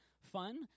Fun